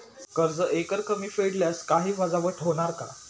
कर्ज एकरकमी फेडल्यास काही वजावट होणार का?